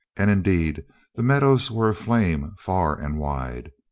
and indeed the meadows were aflame far and wide.